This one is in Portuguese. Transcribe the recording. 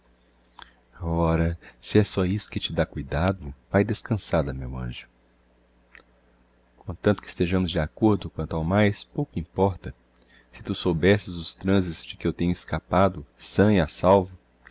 ora se é só isso que te dá cuidado vae descançada meu anjo comtanto que estejamos de accordo quanto ao mais pouco importa se tu soubesses os transes de que eu tenho escapado sã e a salvo